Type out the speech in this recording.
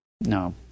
No